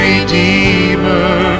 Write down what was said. Redeemer